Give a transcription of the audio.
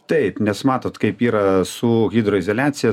taip nes matot kaip yra su hidroizoliacija